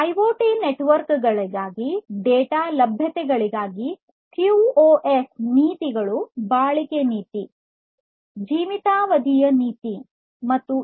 IoT network ಗಳಲ್ಲಿ data ಲಭ್ಯತೆಗಾಗಿ QoS ನೀತಿಗಳು ಬಾಳಿಕೆ ನೀತಿ ಜೀವಿತಾವಧಿಯ ನೀತಿ ಮತ್ತು ಇತಿಹಾಸ ನೀತಿ ಇವೆ